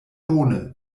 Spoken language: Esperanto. bone